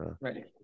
Right